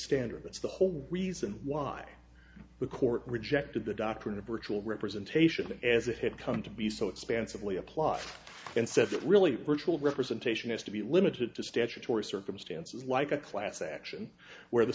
standard that's the whole reason why the court rejected the doctrine of virtual representation as it had come to be so expansively a plus and said that really virtual representation has to be limited to statutory circumstances like a class action where the